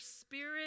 spirit